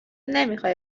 نمیخوای